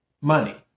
money